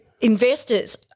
investors